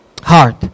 heart